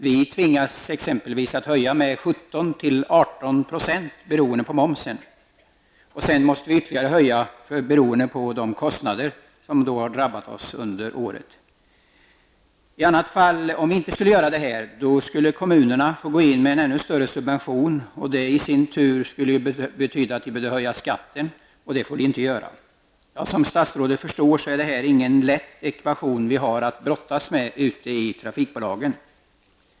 Vi tvingas höja taxan med 17--18 % beroende på momsen. Vi måste sedan höja taxan ytterligare beroende på de kostnadsökningar som har drabbat oss under året. Om vi inte gjorde det skulle kommunerna få gå in med ännu större subvention, vilket i sin tur skulle betyda att vi måste höja skatten, och det får vi inte göra. Som statsrådet kanske förstår är det inte någon lätt ekvation vi har att brottas med ute i trafikbolagen.